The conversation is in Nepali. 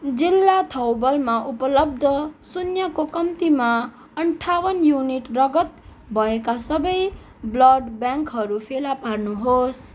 जिल्ला थौबलमा उपलब्ध शून्यको कम्तीमा अन्ठाउन्न युनिट रगत भएका सबै ब्लड ब्याङ्कहरू फेला पार्नुहोस्